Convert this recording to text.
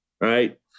Right